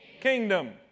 kingdom